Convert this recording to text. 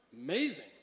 Amazing